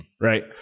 right